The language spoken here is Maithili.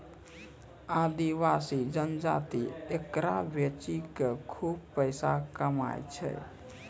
आदिवासी जनजाति एकरा बेची कॅ खूब पैसा कमाय छै